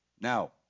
Now